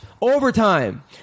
overtime